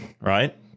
right